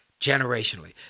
generationally